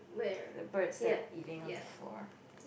the birds that are eating on the floor